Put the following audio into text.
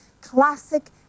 classic